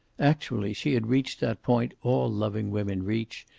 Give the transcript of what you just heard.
actually, she had reached that point all loving women reach,